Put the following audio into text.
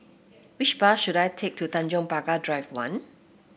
which bus should I take to Tanjong Pagar Drive One